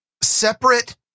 separate